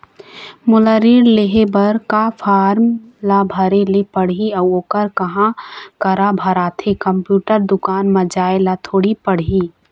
मोला ऋण लेहे बर का फार्म ला भरे ले पड़ही अऊ ओहर कहा करा भराथे, कंप्यूटर दुकान मा जाए ला थोड़ी पड़ही?